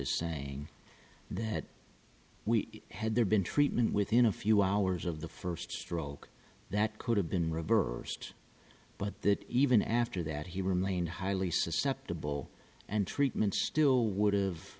is saying that we had there been treatment within a few hours of the first stroke that could have been reversed but that even after that he remained highly susceptible and treatment still would've